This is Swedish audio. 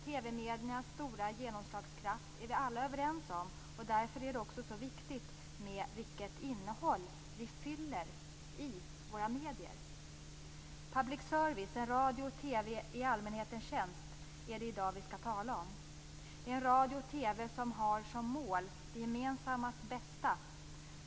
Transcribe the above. TV-mediets stora genomslagskraft är vi alla överens om, och därför är det så viktigt med vilket innehåll vi fyller den. Public service, en radio och TV i allmänhetens tjänst, är det vi i dag skall behandla. Det är en radio och TV som har som mål det gemensammas bästa.